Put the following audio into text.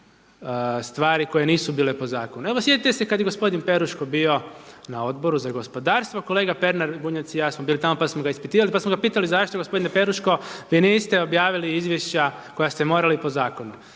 stvari koje nisu bile po zakonu. Evo, sjetite se kada je gospodin Peruško bio na Odboru za gospodarstvo, kolega Pernar, Bunjac i ja smo bili tamo, pa smo ga ispitivali, pa smo ga pitali zašto gospodine Peruško vi niste objavili Izvješća koja ste morali po zakonu?